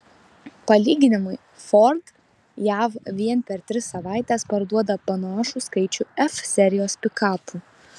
palyginimui ford jav vien per tris savaites parduoda panašų skaičių f serijos pikapų